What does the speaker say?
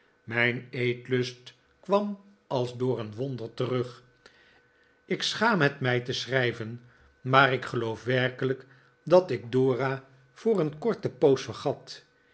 mijn eetlust kwam als door een wonder terug ik schaam mij het te schrijven maar ik geloof werkelijk dat ik dora voor een korte poos vergat